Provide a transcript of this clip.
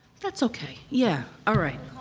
that's okay, yeah, all right.